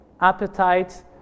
Appetite